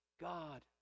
God